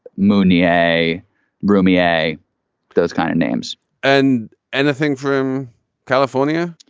mooney a rheumy a those kind of names and anything from california.